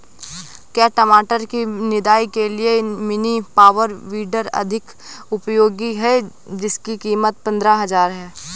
क्या टमाटर की निदाई के लिए मिनी पावर वीडर अधिक उपयोगी है जिसकी कीमत पंद्रह हजार है?